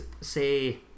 say